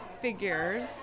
figures